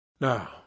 Now